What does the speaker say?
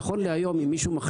הינה, הינה.